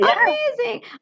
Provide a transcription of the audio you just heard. Amazing